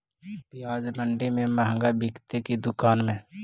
प्याज मंडि में मँहगा बिकते कि दुकान में?